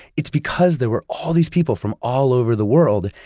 it's because there were all these people from all over the world,